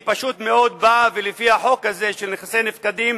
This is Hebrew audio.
היא פשוט מאוד באה ולפי החוק הזה של נכסי נפקדים